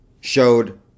showed